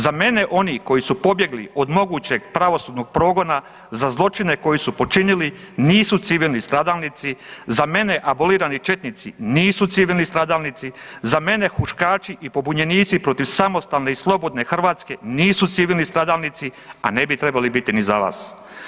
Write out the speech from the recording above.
Za mene oni koji su pobjegli od mogućeg pravosudnog progona za zločine koji su počinili nisu civilni stradalnici, za mene abolirani četnici nisu civilni stradalnici, za mene huškači i pobunjenici protiv samostalne i slobodne Hrvatske nisu civilni stradalnici, a ne bi trebali biti ni za vas.